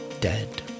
dead